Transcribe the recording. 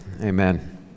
Amen